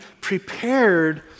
prepared